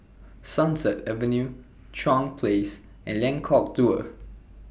Sunset Avenue Chuan Place and Lengkok Dua